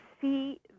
see